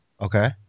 okay